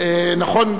נכון.